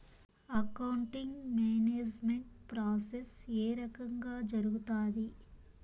accounting management process ఏ రకంగా జరుగుతాది